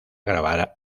grabar